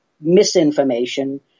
misinformation